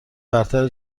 برتر